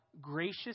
gracious